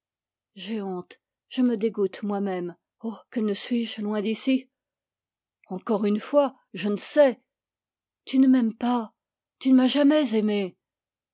j'ai honte je me dégoûte moi-même oh que ne suis-je loin d'ici encore une fois je ne sais tu ne m'aimes pas tu ne m'as jamais aimée